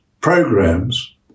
programs